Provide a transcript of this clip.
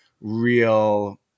real